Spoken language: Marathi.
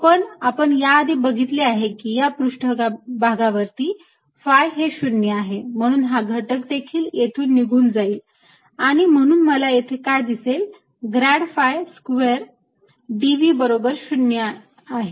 पण आपण याआधी बघितले आहे की या पृष्ठभागावरती phi हे 0 आहे म्हणून हा घटक देखील येथून निघून जाईल आणि म्हणून मला येथे काय दिसेल ग्रॅड phi स्क्वेअर dV बरोबर 0 आहे